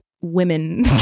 women